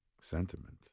sentiment